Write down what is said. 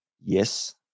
Yes